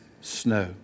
snow